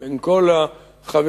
עם כל החברים,